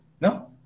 No